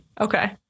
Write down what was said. Okay